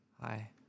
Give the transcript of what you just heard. hi